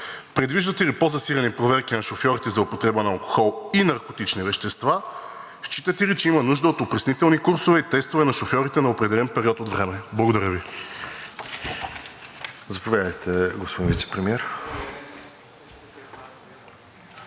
Предвиждате ли по-засилени проверки на шофьорите за употреба на алкохол и наркотични вещества? Считате ли, че има нужда от опреснителни курсове и тестове на шофьорите на определен период от време? Благодаря Ви.